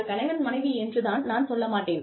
அது கணவன் மனைவி தான் என்று நான் சொல்ல மாட்டேன்